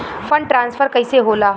Fund transfer कैसे होला?